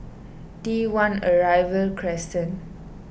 T one Arrival Crescent